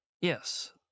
yes